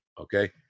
Okay